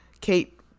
Kate